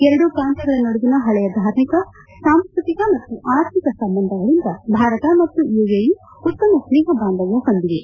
ಎರಡೂ ಪ್ರಾಂತ್ಯಗಳ ನಡುವಿನ ಹಳೆಯ ಧಾರ್ಮಿಕ ಸಾಂಸ್ಕತಿಕ ಮತ್ತು ಆರ್ಥಿಕ ಸಂಬಂಧಗಳಿಂದ ಭಾರತ ಮತ್ತು ಯುಎಇ ಉತ್ತಮ ಸ್ನೇಹ ಬಾಂಧವ್ಲ ಹೊಂದಿವೆ